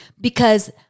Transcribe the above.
because-